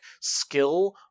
skill